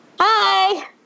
Hi